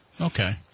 Okay